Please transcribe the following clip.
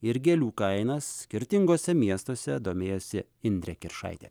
ir gėlių kainas skirtinguose miestuose domėjosi indrė kiršaitė